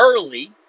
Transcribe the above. early